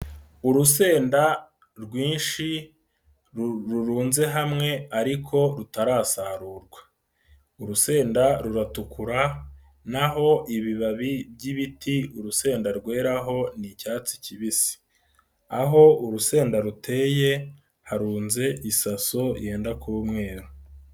Urusenda rwinshi rurunze hamwe ariko rutarasarurwa. Urusenda ruratukura naho ibibabi by'ibiti urusenda rweraho ni icyatsi kibisi. Aho urusenda ruteye harunze gisaso yenda kuba umweru.